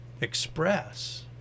express